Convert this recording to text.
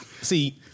See